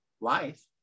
life